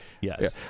Yes